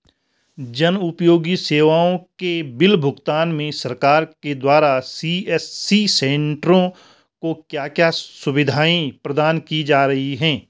जन उपयोगी सेवाओं के बिल भुगतान में सरकार के द्वारा सी.एस.सी सेंट्रो को क्या क्या सुविधाएं प्रदान की जा रही हैं?